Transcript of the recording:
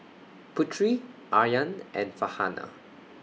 Putri Aryan and Farhanah